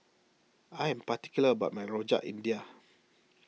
I am particular about my Rojak India